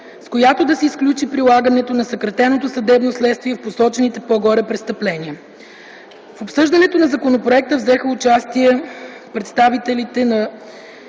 с която да се изключи прилагането на съкратеното съдебно следствие за посочените по-горе престъпления. В обсъждането на законопроекта взеха участие представителите на